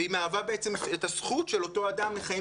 והיא מהווה את הזכות של אותו אדם לחיים